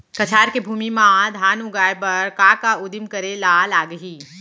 कछार के भूमि मा धान उगाए बर का का उदिम करे ला लागही?